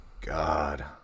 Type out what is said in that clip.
God